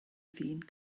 ddyn